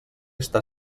està